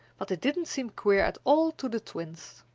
but it didn't seem queer at all to the twins.